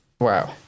Wow